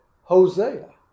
Hosea